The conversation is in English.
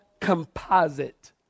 composite